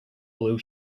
blue